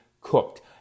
cooked